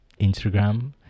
Instagram